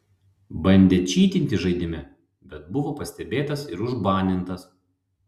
bandė čytinti žaidime bet buvo pastebėtas ir užbanintas